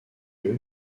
lieu